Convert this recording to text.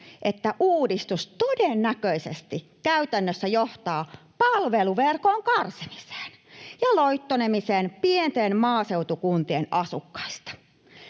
että uudistus todennäköisesti käytännössä johtaa palveluverkon karsimiseen ja loittonemiseen pienten maaseutukuntien asukkailta.